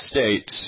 States